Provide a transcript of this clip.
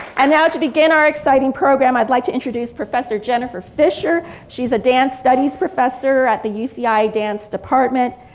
and now to begin our exciting program i'd like to introduce professor jennifer fisher. she's a dance studies professor at the uci yeah dance department.